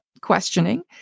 questioning